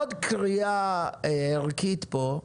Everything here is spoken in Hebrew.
בנוסף, עוד קריאה ערכית פה,